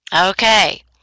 okay